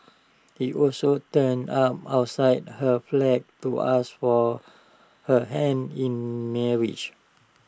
he also turned up outside her flat to ask for her hand in marriage